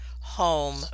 home